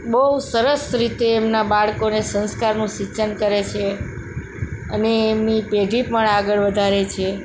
બહુ સરસ રીતે એમનાં બાળકોને સંસ્કારનું સિંચન કરે છે અને એમની પેઢી પણ આગળ વધારે છે